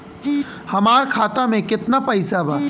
हमार खाता मे केतना पैसा बा?